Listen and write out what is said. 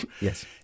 Yes